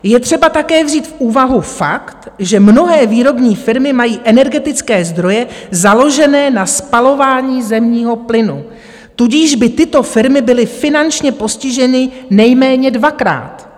Je třeba také vzít v úvahu fakt, že mnohé výrobní firmy mají energetické zdroje založené na spalování zemního plynu, tudíž by tyto firmy byly finančně postiženy nejméně dvakrát.